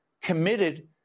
committed